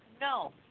No